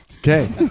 Okay